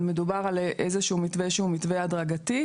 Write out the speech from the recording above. אבל מדובר על איזה שהוא מתווה שהוא מתווה הדרגתי.